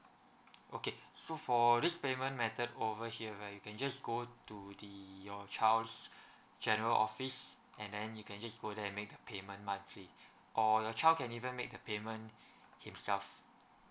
okay so for this payment method over here where you can just go to the your child's general office and then you can just go there and make the payment monthly or your child can even make the payment himself